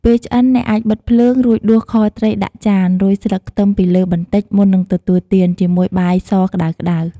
ពេលឆ្អិន អ្នកអាចបិទភ្លើង រួចដួសខត្រីដាក់ចាន រោយស្លឹកខ្ទឹមពីលើបន្តិច មុននឹងទទួលទានជាមួយបាយសក្ដៅៗ។